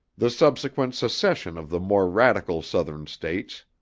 the subsequent secession of the more radical southern states,